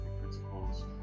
principles